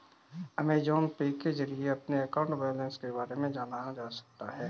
Amazon Pay के जरिए अपने अकाउंट बैलेंस के बारे में जाना जा सकता है